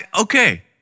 Okay